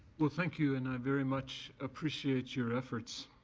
well thank you and i very much appreciate your efforts.